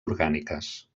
orgàniques